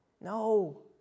No